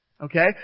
Okay